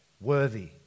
worthy